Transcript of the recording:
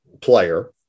player